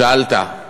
שאלת,